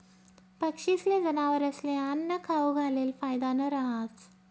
पक्षीस्ले, जनावरस्ले आन्नं खाऊ घालेल फायदानं रहास